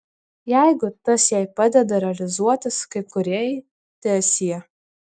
jeigu tas jai padeda realizuotis kaip kūrėjai teesie